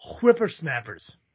whippersnappers